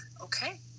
okay